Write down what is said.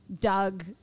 Doug